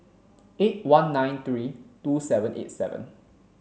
eight one nine three two seven eight seven